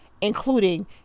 including